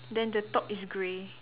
then the top is grey